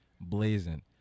Blazing